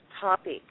topic